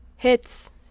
hits